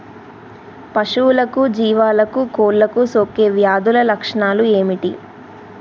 పశువులకు జీవాలకు కోళ్ళకు సోకే వ్యాధుల లక్షణాలు ఏమిటి?